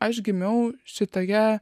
aš gimiau šitoje